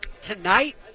tonight